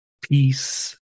peace